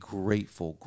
grateful